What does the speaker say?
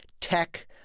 tech